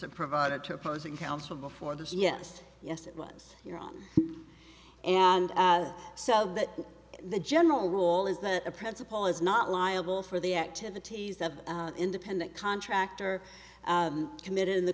her provided two opposing counsel before the yes yes it was your own and so that the general rule is that a principal is not liable for the activities of the independent contractor committed in the